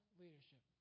leadership